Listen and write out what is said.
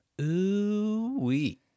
Ooh-wee